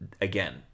again